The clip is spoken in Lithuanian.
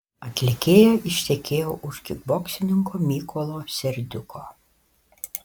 atlikėja ištekėjo už kikboksininko mykolo serdiuko